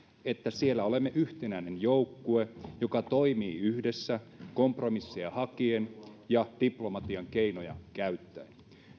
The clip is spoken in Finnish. että siellä olemme yhtenäinen joukkue joka toimii yhdessä kompromisseja hakien ja diplomatian keinoja käyttäen